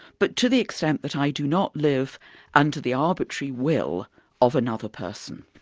but to the extent that i do not live under the arbitrary will of another person.